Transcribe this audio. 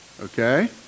Okay